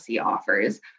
offers